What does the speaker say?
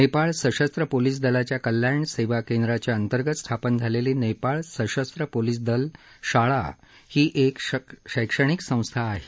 नेपाळ सशस्त्र पोलिस दलाच्या कल्याण सेवा केंद्राच्या अंतर्गत स्थापन झालेली नेपाळ सशस्त्र पोलिस दल शाळा ही एक शैक्षणिक संस्था आहे